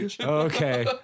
Okay